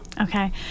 Okay